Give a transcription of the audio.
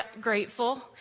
grateful